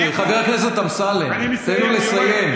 חבר הכנסת אמסלם, תן לו לסיים.